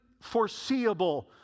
foreseeable